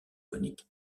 conique